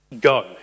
go